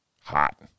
hot